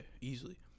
easily